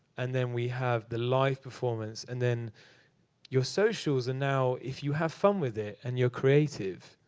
and then we have the live performance, and then your socials. and now, if you have fun with it, and you're creative,